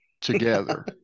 together